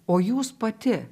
o jūs pati